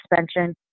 suspension